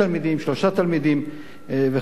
שלושה תלמידים וכדומה.